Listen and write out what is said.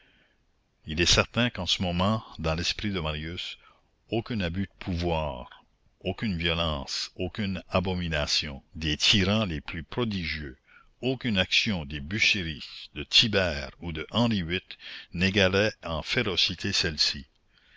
il est certain qu'en ce moment dans l'esprit de marius aucun abus de pouvoir aucune violence aucune abomination des tyrans les plus prodigieux aucune action de busiris de tibère ou de henri viii n'égalait en férocité celle-ci